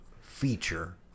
feature